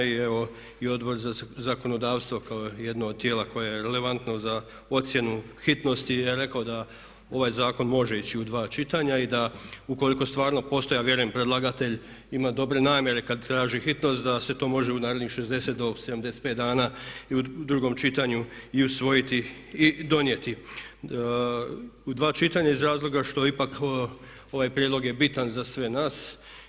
I evo i Odbor za zakonodavstvo kao jedno od tijela koje je relevantno za ocjenu hitnosti je reklo da ovaj zakon može ići u dva čitanja i da ukoliko stvarno postoji, a vjerujem predlagatelj ima dobre namjere kad traži hitnost da se to može u narednih 60 do 75 dana i u drugom čitanju i usvojiti i donijeti u dva čitanja iz razloga što ipak ovaj prijedlog je bitan za sve nas.